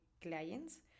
clients